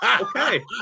Okay